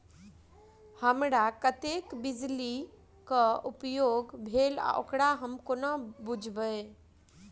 हमरा कत्तेक बिजली कऽ उपयोग भेल ओकर हम कोना बुझबै?